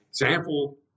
Example